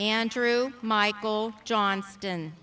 andrew michael johnston